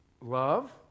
Love